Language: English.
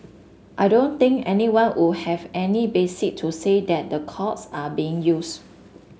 I don't think anyone would have any basis to say that the courts are being used